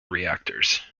reactors